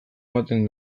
ematen